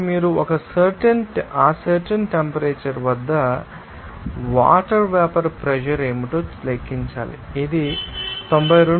ఇప్పుడు మీరు ఆ సర్టెన్ టెంపరేచర్ వద్ద వాటర్ వేపర్ ప్రెషర్ ఏమిటో లెక్కించాలి ఇది 92